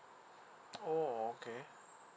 oh okay